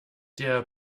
der